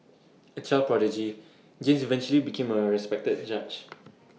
A child prodigy James eventually became A respected judge